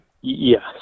Yes